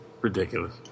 ridiculous